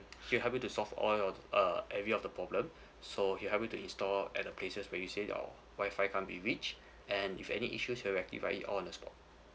he will help you to solve all your uh every of the problem so he'll help you to install at the places where you say your Wi-Fi can't be reached and if any issues he will rectify it all on the spot